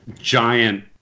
giant